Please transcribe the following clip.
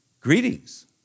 greetings